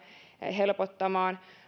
helpottamaan